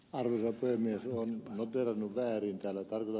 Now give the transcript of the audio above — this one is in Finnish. ollila toimia tuon ottelun väärin ja lekalla